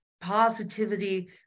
positivity